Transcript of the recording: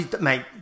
Mate